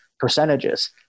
Percentages